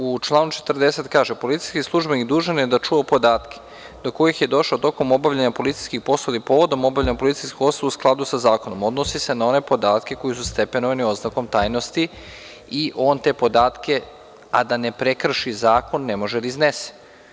U članu 40. se kaže: „Policijski službenik dužan je da čuva podatke do kojih je došao tokom obavljanja policijskih poslova ili povodom obavljanja policijskih poslova, u skladu sa zakonom.“ Dakle, odnosi se na one podatke koji su stepenovani oznakom tajnosti i on te podatke, a da ne prekrši zakon, ne može da iznese.